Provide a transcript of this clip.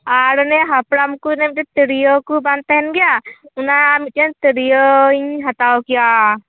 ᱟᱨ ᱚᱱᱮ ᱦᱟᱯᱲᱟᱢᱠᱚ ᱱᱮ ᱢᱤᱫᱴᱟᱝ ᱛᱤᱨᱭᱟ ᱣ ᱠᱩ ᱵᱟᱝ ᱛᱟᱦᱮᱱ ᱜᱮᱭᱟ ᱚᱱᱟ ᱢᱤᱫᱴᱟ ᱝ ᱛᱤᱨᱭᱟ ᱤᱧ ᱦᱟᱛᱟᱣ ᱠᱮᱭᱟ